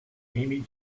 amy